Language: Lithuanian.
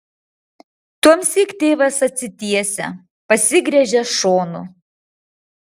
tuomsyk tėvas atsitiesia pasigręžia šonu